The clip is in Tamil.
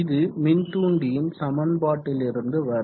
இது மின்தூண்டியின் சமன்பாட்டிலிருந்து வரும்